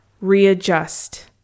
readjust